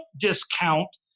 discount